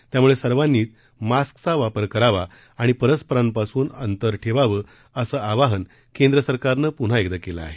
त्यामुळे सर्वांनीच मास्कचा वापर करावा आणि परस्परांपासून अंतर ठेवावं असं आवाहन केंद्र सरकारनं पुन्हा एकदा केलं आहे